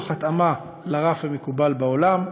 תוך התאמה לרף המקובל בעולם.